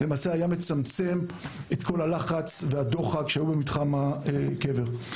זה היה מצמצם את כל הלחץ והדוחק שהיו במתחם הקבר.